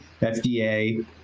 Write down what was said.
FDA